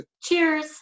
Cheers